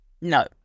No